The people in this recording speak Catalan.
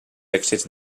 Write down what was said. èxits